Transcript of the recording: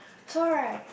so right